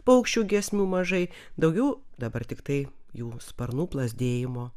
paukščių giesmių mažai daugiau dabar tiktai jų sparnų plazdėjimo